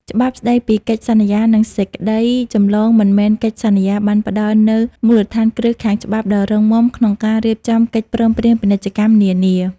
ច្បាប់ស្ដីពីកិច្ចសន្យា និងសេចក្តីចម្លងមិនមែនកិច្ចសន្យា បានផ្ដល់នូវមូលដ្ឋានគ្រឹះខាងច្បាប់ដ៏រឹងមាំក្នុងការរៀបចំកិច្ចព្រមព្រៀងពាណិជ្ជកម្មនានា។